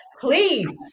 Please